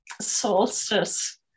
solstice